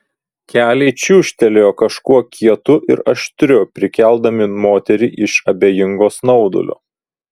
keliai čiūžtelėjo kažkuo kietu ir aštriu prikeldami moterį iš abejingo snaudulio